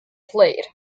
played